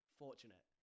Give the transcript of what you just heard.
fortunate